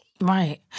Right